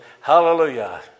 Hallelujah